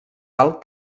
alt